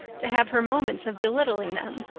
to have her moments of belittling them,